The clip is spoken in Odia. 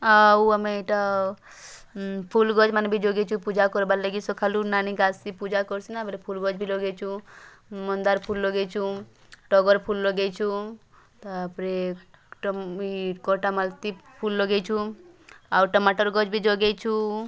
ଆଉ ଆମେ ଏଇଟା ଫୁଲ୍ ଗଛ୍ ମାନେ ବି ଯୋଗେଇଚୁଁ ପୂଜା କରବାର୍ ଲାଗି ସଖାଲୁ ନାନି ଆସଚି ପୂଜା କରସି ଆମେ ଫୁଲ୍ ଗଛ୍ ବି ଲଗେଇଛୁଁ ମନ୍ଦାର୍ ଫୁଲ୍ ଲଗେଇଛୁଁ ଟଗର୍ ଫୁଲ୍ ଲଗେଇଛୁଁ ତାପରେ କଟାମାଲତୀ ଫୁଲ୍ ଲଗେଇଛୁଁ ଆଉ ଟମାଟର୍ ଗଛ୍ ବି ଯୋଗେଇଛୁଁ